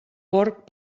porc